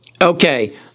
Okay